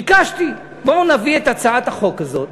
ביקשתי: בואו נביא את הצעת החוק הזאת,